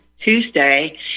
Tuesday